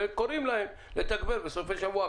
וקוראים להם לתגבר בסופי שבוע,